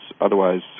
otherwise